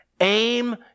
aim